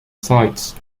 sides